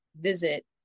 visit